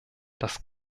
das